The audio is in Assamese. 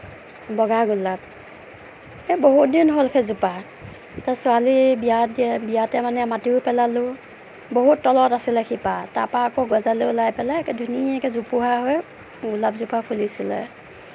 বগা গোলাপ এই বহুতদিন হ'ল সেইজোপা তে ছোৱালীৰ বিয়া দিয়া বিয়াতে মানে মাটিও পেলালোঁ বহুত তলত আছিলে শিপা তাৰপৰা আকৌ গজালি ওলাই পেলাই একে ধুনীয়াকে জোপোহা হৈ গোলাপজোপা ফুলিছিলে